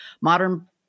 Modern